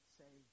say